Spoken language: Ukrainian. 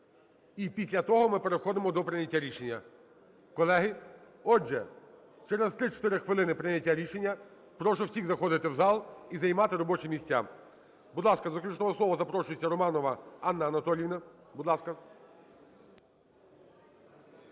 і після того ми переходимо до прийняття рішення. Колеги, отже через 3-4 хвилин прийняття рішення. Прошу всіх заходити в зал і займати робочі місця. Будь ласка, до заключного слова запрошується Романова Анна Анатоліївна. Будь ласка.